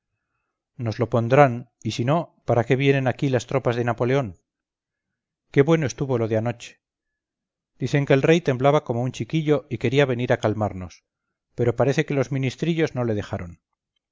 nos lo pondrán y si no para qué vienen ahí las tropas de napoleón qué bueno estuvo lo de anoche dicen que el rey temblaba como un chiquillo y quería venir a calmarnos pero parece que los ministrillos no le dejaron